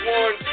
one